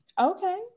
okay